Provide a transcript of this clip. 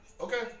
Okay